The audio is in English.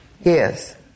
Yes